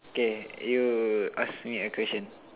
okay you ask me a question